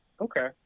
Okay